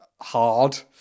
hard